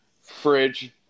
Fridge